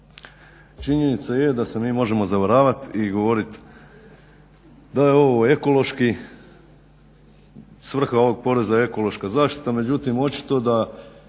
Činjenica je da se mi možemo zavaravati i govoriti da je ovo ekološki, svrha ovog poreza ekološka zaštita međutim očito čim